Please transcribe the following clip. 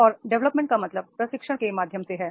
और डेवलपमेंट का मतलब प्रशिक्षण के माध्यम से है